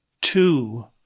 Two